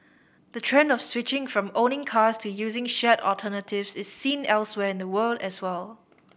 the trend of switching from owning cars to using shared alternatives is seen elsewhere in the world as well